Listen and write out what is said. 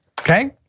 okay